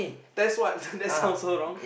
that's what that's sounds so wrong